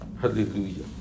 Hallelujah